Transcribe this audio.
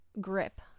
grip